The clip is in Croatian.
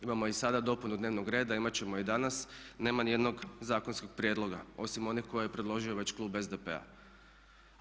Imamo i sada dopunu dnevnog reda, imati ćemo je i danas, nema niti jednog zakonskog prijedloga osim onih koje je predložio već klub SDP-a.